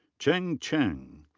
cheng cheng.